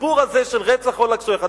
הסיפור הזה של רצח אולג שייחט,